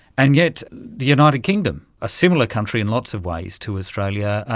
and yet the united kingdom, a similar country in lots of ways to australia,